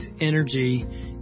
energy